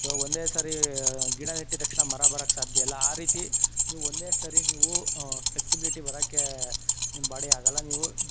ಇವಾಗ ಒಂದೇ ಸಾರಿ ಗಿಡ ನೆಟ್ಟಿದ್ ತಕ್ಷ್ಣ ಮರ ಬರಕ್ಕೆ ಸಾಧ್ಯ ಇಲ್ಲ ಆ ರೀತಿ ನೀವು ಒಂದೇ ಸಾರಿ ನೀವು ಫ್ಲೆಕ್ಸಿಬಿಲಿಟಿ ಬರೋಕ್ಕೆ ನಿಮ್ಮ ಬಾಡಿಗೆ ಆಗೋಲ್ಲ ನೀವು